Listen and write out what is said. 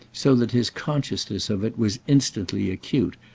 so that his consciousness of it was instantly acute,